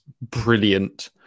brilliant